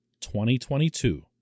2022